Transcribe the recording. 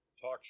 talk